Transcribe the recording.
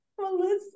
Melissa